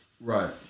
Right